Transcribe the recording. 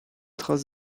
trace